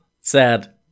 sad